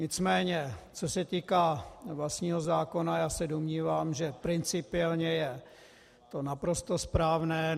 Nicméně co se týká vlastního zákona, já se domnívám, že principiálně je to naprosto správné.